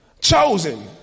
Chosen